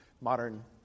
modern